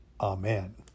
Amen